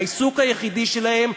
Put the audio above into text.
העיסוק היחידי שלהם,